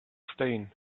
stain